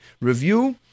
review